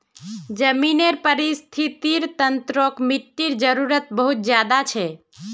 ज़मीनेर परिस्थ्तिर तंत्रोत मिटटीर जरूरत बहुत ज़्यादा छे